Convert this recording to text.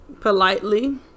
politely